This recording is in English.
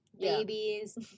babies